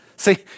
See